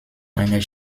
einer